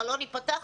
חלון ייפתח,